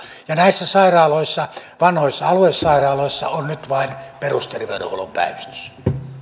ja näissä vanhoissa aluesairaaloissa on nyt vain perusterveydenhuollon päivystys